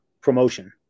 promotion